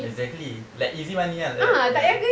exactly like easy money ah like that ya